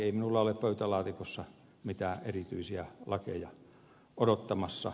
ei minulla ole pöytälaatikossa mitään erityisiä lakeja odottamassa